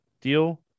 deal